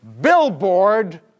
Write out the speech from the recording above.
billboard